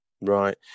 right